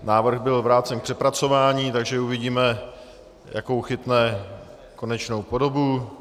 Návrh byl vrácen k přepracování, takže uvidíme, jakou chytne konečnou podobu.